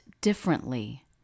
differently